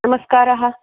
नमस्कारः